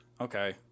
okay